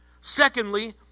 Secondly